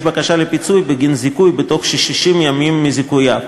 בקשה לפיצוי בגין זיכוי בתוך 60 ימים מזיכויו,